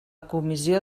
comissió